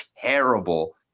terrible